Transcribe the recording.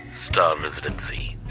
star residency.